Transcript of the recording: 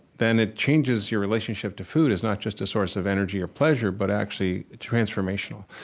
then it changes your relationship to food as not just a source of energy or pleasure, but actually transformational.